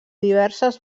diverses